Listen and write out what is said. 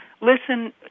Listen